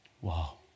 Wow